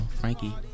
Frankie